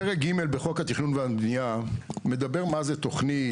פרק ג' בחוק התכנון והבנייה מדבר מה זה תכנית,